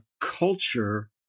culture